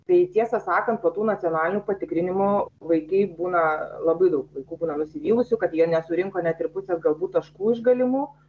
tai tiesą sakant po tų nacionalinių patikrinimų vaikai būna labai daug vaikų būna nusivylusių kad jie nesurinko net ir pusės galbūt taškų iš galimų